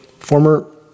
Former